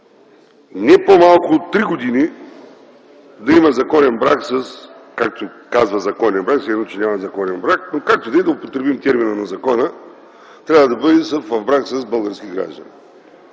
не по-малко от три години да има законен брак – както се казва, законен брак, все едно, че няма законен брак, но, както и да е, да употребим термина на закона, трябва да бъде в брак с български гражданин.